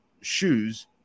shoes